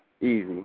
Easy